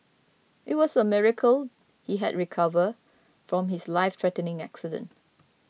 it was a miracle he had recovered from his life threatening accident